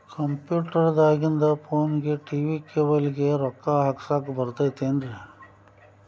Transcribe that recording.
Computer ದಾಗಿಂದ್ ಫೋನ್ಗೆ, TV cable ಗೆ, ರೊಕ್ಕಾ ಹಾಕಸಾಕ್ ಬರತೈತೇನ್ರೇ?